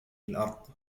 الأرض